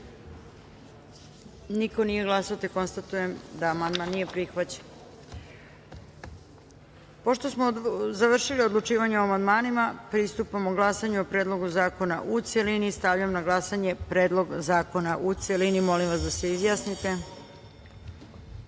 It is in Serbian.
niko nije glasao. Konstatujem da amandman nije prihvaćen. Pošto smo završili odlučivanje o amandmanima, pristupamo glasanju o Predlogu zakona u celini. Stavljam na glasanje Predlog zakona u celini. Molim vas da se